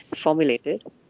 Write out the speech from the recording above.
formulated